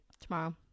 Tomorrow